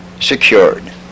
secured